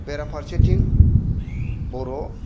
बेराफारसेथिं बर'